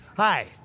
Hi